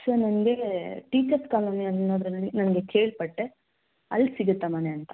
sir ನನಗೆ teachers colony ಅನ್ನೋದ್ರಲ್ಲಿ ನನಗೆ ಕೇಳಪಟ್ಟೆ ಅಲ್ಲಿ ಸಿಗುತ್ತಾ ಮನೆ ಅಂತ